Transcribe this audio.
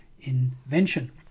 invention